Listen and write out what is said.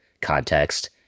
context